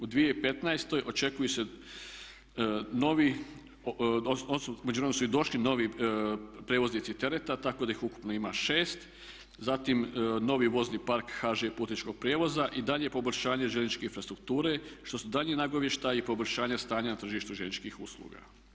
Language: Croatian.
U 2015. očekuju se novi, odnosno u međuvremenu su i došli novi prijevoznici tereta tako da ih ukupno ima 6. Zatim novi vozni park HŽ Putničkog prijevoza i daljnje poboljšanje željezničke infrastrukture što su daljnji nagovještaji poboljšanja stanja na tržištu željezničkih usluga.